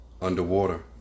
underwater